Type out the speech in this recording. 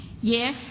Yes